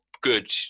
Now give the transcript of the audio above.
good